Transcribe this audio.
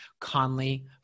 Conley